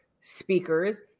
speakers